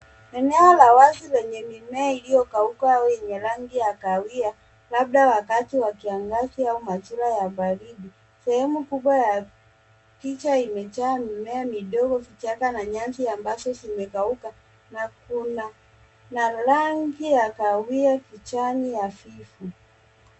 Eneo la wazi lenye mimea iliyo kauka au yenye rangi ya kahawia labda wakati wa kiangazi au majira ya baridi. Sehemu kubwa ya picha imejaa mimea midogo, vichaka na nyasi ambazo zimekauka na kuna rangi ya kahawia kijani hafifu.